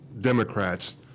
Democrats